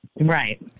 Right